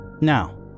Now